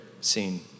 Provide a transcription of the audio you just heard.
scene